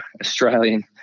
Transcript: Australian